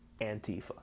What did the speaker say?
antifa